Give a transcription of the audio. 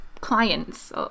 clients